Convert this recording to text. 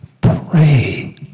pray